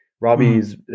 Robbie's